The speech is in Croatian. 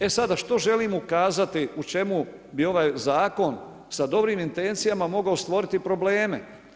E sada što želim ukazati u čemu bio ovaj zakon sa dobrim intencijama mogao stvoriti probleme.